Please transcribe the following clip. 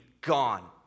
gone